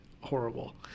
horrible